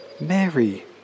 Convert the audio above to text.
Mary